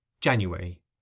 January